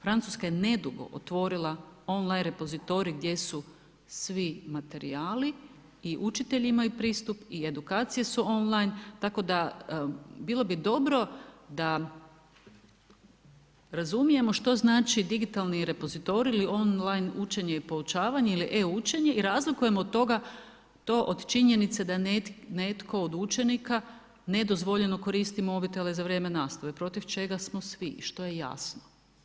Francuska je nedugo otvorila online repozitorij gdje su svi materijali i učitelji imaju pristup i edukacije su online tako da bilo bi dobro da razumijemo što znači digitalni repozitorij ili online učenje i poučavanje ili e-učenje i razlikujemo od to od činjenice da netko od učenika nedozvoljeno koristi mobitele za vrijeme nastave, protiv čega smo svi što je jasno.